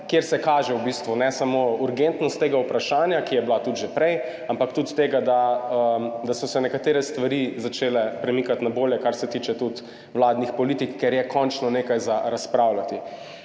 kjer se kaže v bistvu ne samo urgentnost tega vprašanja, ki je bila tudi že prej, ampak tudi tega, da so se nekatere stvari začele premikati na bolje, kar se tiče tudi vladnih politik, ker je končno nekaj za razpravljati.